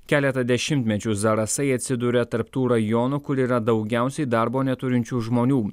keletą dešimtmečių zarasai atsiduria tarp tų rajonų kur yra daugiausiai darbo neturinčių žmonių